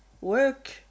work